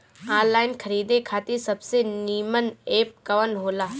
Online खरीदे खातिर सबसे नीमन एप कवन हो ला?